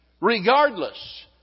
Regardless